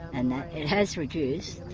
and it has reduced.